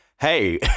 hey